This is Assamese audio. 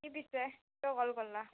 কি পিছে কিয় কল কৰলা